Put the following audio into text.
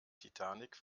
titanic